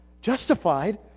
Justified